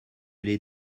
les